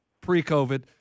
pre-COVID